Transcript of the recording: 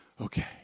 Okay